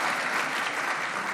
(מחיאות כפיים)